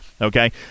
Okay